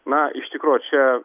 na iš tikro čia